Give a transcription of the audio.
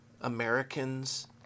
Americans